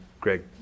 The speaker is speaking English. Greg